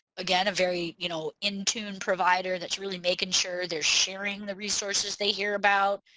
again a very you know in tune provider that's really making sure they're sharing the resources they hear about.